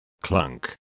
Clunk